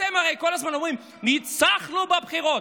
אתם הרי כל הזמן אומרים: ניצחנו בבחירות.